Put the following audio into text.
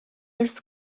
ارث